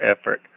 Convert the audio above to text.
effort